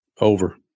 Over